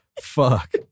Fuck